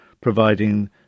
providing